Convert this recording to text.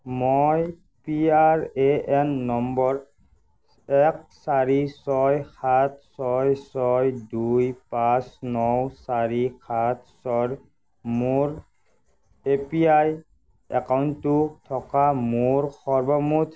মই P R A N নম্বৰ এক চাৰি ছয় সাত ছয় ছয় দুই পাঁচ ন চাৰি সাত ছয়ৰ মোৰ এ পি ৱাই একাউণ্টটোত থকা মোৰ সৰ্বমুঠ